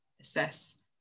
assess